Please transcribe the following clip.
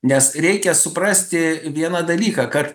nes reikia suprasti vieną dalyką kad